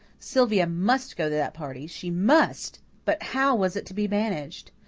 sylvia must go to that party she must. but how was it to be managed?